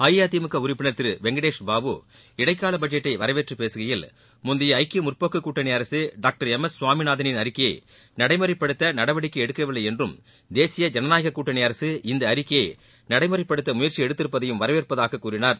அஇஅதிமுக உறுப்பினர் திரு வெங்கடேஷ் பாபு இடைக்கால பட்ஜெட்டை வரவேற்று பேசுகையில் முந்தைய ஐக்கிய முற்போக்கு கூட்டணி அரக டாக்டர் எம் எஸ் கவாமிநாதனின் அறிக்கையை நடைமுறைப்படுத்த நடவடிக்கை எடுக்கவில்லை என்றும் தேசிய ஜனநாயக கூட்டணி அரசு இந்த அறிக்கையை நடைமுறைப்படுத்த முயற்சி எடுத்திருப்பதை வரவேற்பதாக கூறினார்